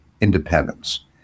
independence